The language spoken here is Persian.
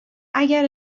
اگر